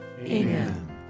amen